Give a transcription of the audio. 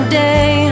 day